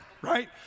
right